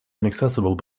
inaccessible